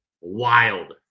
wild